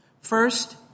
First